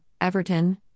Everton